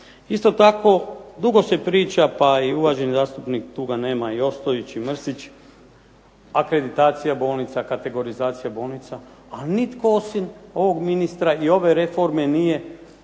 Isto tako i dugo se priča i uvaženi zastupnik tu ga nema Ostojić i Mrsić, akreditacija bolnica, kategorizacija bolnica, a nitko osim ovog ministra i ove reforme nije